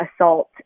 assault